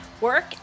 work